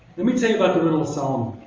let me tell you about the riddle of solomon.